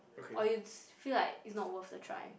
or you s~ feel like it's not worth the try